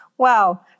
Wow